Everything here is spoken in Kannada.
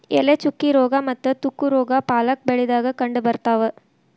ಎಲೆ ಚುಕ್ಕಿ ರೋಗಾ ಮತ್ತ ತುಕ್ಕು ರೋಗಾ ಪಾಲಕ್ ಬೆಳಿದಾಗ ಕಂಡಬರ್ತಾವ